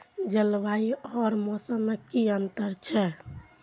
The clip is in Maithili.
जलवायु और मौसम में कि अंतर छै?